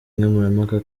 nkemurampaka